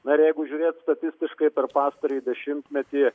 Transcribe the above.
na ir jeigu žiūrėt statistiškai per pastarąjį dešimtmetį